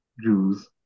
Jews